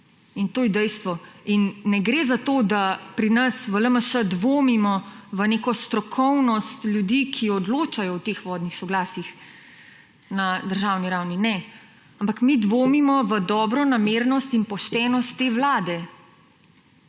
In to je dejstvo. Ne gre za to, da pri nas, v LMŠ, dvomimo v neko strokovnost ljudi, ki odločajo o teh vodnih soglasjih na državni ravni. Ne! Ampak mi dvomimo v dobronamernost in poštenost te vlade.